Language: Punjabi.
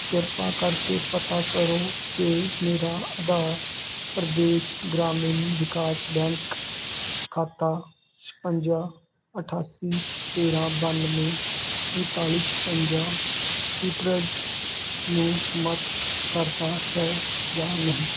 ਕਿਰਪਾ ਕਰਕੇ ਪਤਾ ਕਰੋ ਕਿ ਮੇਰਾ ਆਂਧਰਾ ਪ੍ਰਦੇਸ਼ ਗ੍ਰਾਮੀਣ ਵਿਕਾਸ ਬੈਂਕ ਖਾਤਾ ਛਪੰਜਾ ਅਠਾਸੀ ਤੇਰਾਂ ਬਾਨਵੇਂ ਉਨਤਾਲੀ ਛਪੰਜਾ ਸੀਟਰਸ ਨੂੰ ਸਮਰਥ ਕਰਦਾ ਹੈ ਜਾਂ ਨਹੀਂ